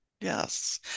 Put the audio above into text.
Yes